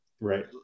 Right